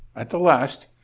at the last,